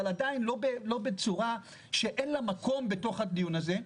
אבל עדיין לא בצורה שאין לה מקום בדיון הזה.